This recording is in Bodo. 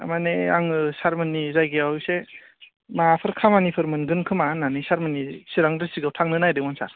माने आङो सारमोननि जायगायाव इसे माबाफोर खामानिफोर मोनगोन खोमा होन्नानै सारमोननि सिरां द्रिस्टिक्टआव थांनो नागिरदोंमोन सार